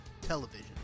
television